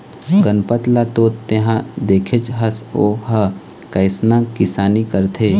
गनपत ल तो तेंहा देखेच हस ओ ह कइसना किसानी करथे